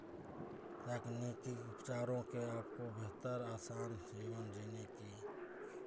तकनीकी उपचारों के आपको बेहतर आसान जीवन जीने की